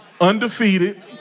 undefeated